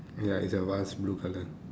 ya it's a vase blue colour